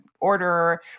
order